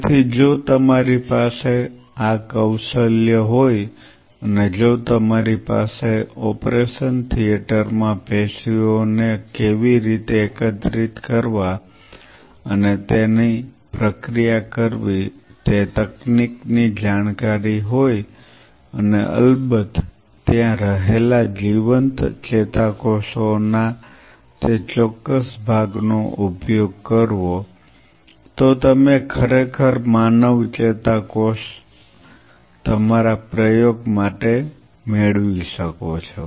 તેથી જો તમારી પાસે આ કૌશલ્ય હોય અને જો તમારી પાસે ઓપરેશન થિયેટરમાંથી પેશીઓને કેવી રીતે એકત્રિત કરવા અને તેની પ્રક્રિયા કરવી તે તકનીક ની જાણકારી હોય અને અલબત્ત ત્યાં રહેલા જીવંત ચેતાકોષોના તે ચોક્કસ ભાગનો ઉપયોગ કરવો તો તમે ખરેખર માનવ ચેતાકોષ તમારા પ્રયોગ માટે મેળવી શકો છો